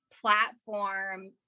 platform